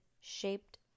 shaped